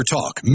Talk